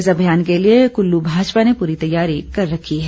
इस अभियान के लिए कुल्लु भाजपा ने पूरी तैयारी कर रखी है